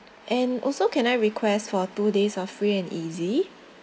and also can I request for a two days of free and easy